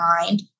mind